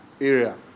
area